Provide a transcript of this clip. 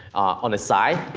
on the side,